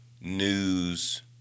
news